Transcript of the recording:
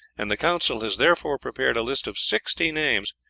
and the council has therefore prepared a list of sixty names,